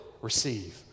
receive